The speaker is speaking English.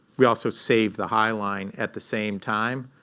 we also saved the high line at the same time.